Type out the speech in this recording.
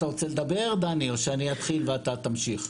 אתה רוצה לדבר דני או שאני אתחיל ואתה תמשיך?